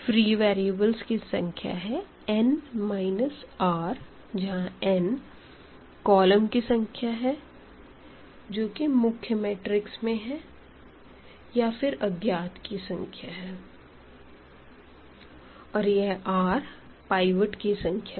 free variables की संख्या है n माईनस r है जहां n कॉलम की संख्या है जो कि मुख्य मैट्रिक्स में है या फिर अज्ञात की संख्या और यह r पाइवट की संख्या है